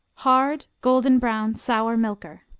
hard, golden-brown, sour-milker.